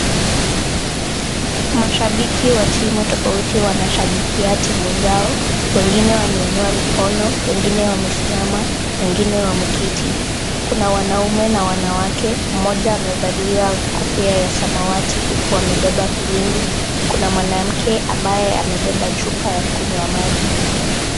Mashabiki wa timu tofauti wanashabikia timu zao, wngine wameinua mikono, wengine wamesimama, wengine wameketi. Kuna wanaume na wanawake, mmoja amevalia kofia ya samawati huku amebeba firimbi, kuna mwanamke ambaye amebeba chupa ya kunywa maji.